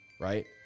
right